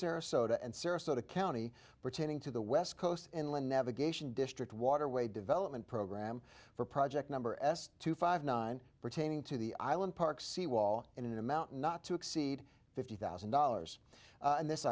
sarasota and sarasota county pertaining to the west coast and land navigation district waterway development program for project number s two five nine pertaining to the island park sea wall and in a mountain not to exceed fifty thousand dollars and this